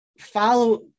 follow